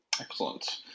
excellent